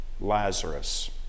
Lazarus